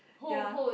ya